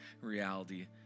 reality